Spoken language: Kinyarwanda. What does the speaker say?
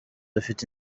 afite